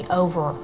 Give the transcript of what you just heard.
over